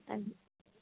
तब